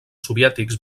soviètics